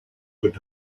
would